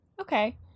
Okay